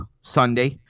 Sunday